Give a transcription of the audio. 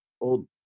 old